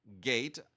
gate